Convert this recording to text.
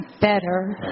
better